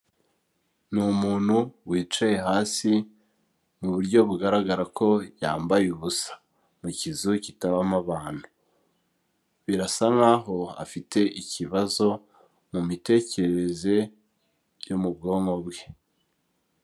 Ni umuntu wicaye hasi mu buryo bugaragara ko yambaye ubusa mu kizu kitabamo abantu, birasa nk'aho afite ikibazo mu mitekerereze yo mu bwonko bwe.